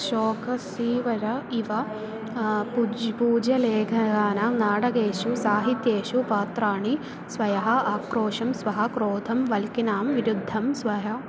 शोकस्सीवरः इव पूजा पूज्यलेखनानां नाटकेषु साहित्येषु पात्राणि स्वयम् आक्रोषं स्वः क्रोधं वल्किनां विरुद्धं स्वस्य